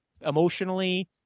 emotionally